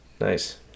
Nice